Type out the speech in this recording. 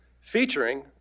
featuring